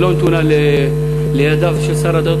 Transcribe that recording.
היא לא נתונה לידיו של שר הדתות.